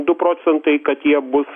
du procentai kad jie bus